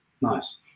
Nice